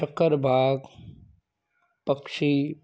शक्करबाग़ पक्षी